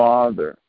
Father